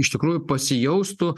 iš tikrųjų pasijaustų